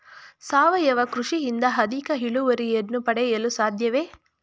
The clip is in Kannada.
ಸಾವಯವ ಕೃಷಿಯಿಂದ ಅಧಿಕ ಇಳುವರಿಯನ್ನು ಪಡೆಯಲು ಸಾಧ್ಯವೇ?